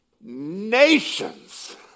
nations